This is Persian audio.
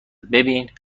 ببین